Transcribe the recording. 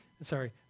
sorry